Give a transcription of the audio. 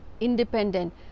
independent